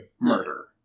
murder